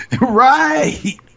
Right